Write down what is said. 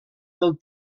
del